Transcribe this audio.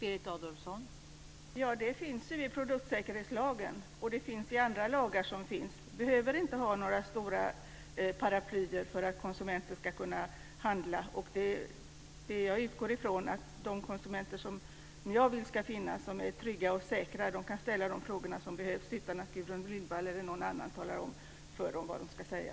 Fru talman! Detta finns ju i produktsäkerhetslagen, och det finns i andra lagar. Vi behöver inte ha några stora paraplyer för att konsumenten ska kunna handla. Jag utgår ifrån att de trygga och säkra konsumenter som jag vill ska finnas kan ställa de frågor som behövs utan att Gudrun Lindvall eller någon annan talar om för dem vad de ska säga.